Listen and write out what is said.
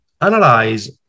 analyze